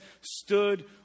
stood